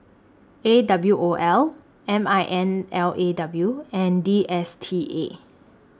A W O L M I N L A W and D S T A